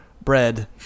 bread